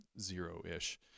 zero-ish